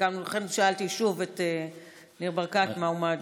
לכן שאלתי שוב את ניר ברקת מה הוא מעדיף.